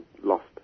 lost